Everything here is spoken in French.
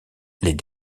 les